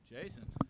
Jason